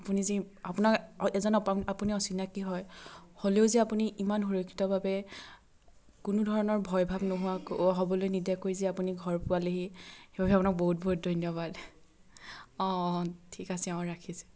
আপুনি যে আপোনাক এজন প আপুনি অচিনাকী হয় হ'লেও যে আপুনি ইমান সুৰক্ষিতভাৱে কোনো ধৰণৰ ভয়ভাৱ নোহোৱো হ'বলৈ নিদিয়াকৈ যে আপুনি ঘৰ পোৱালেহি সেইবাবে আপোনাক বহুত বহুত ধন্যবাদ অঁ অঁ ঠিক আছে অঁ ৰাখিছোঁ